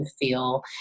feel